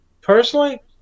Personally